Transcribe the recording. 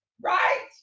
Right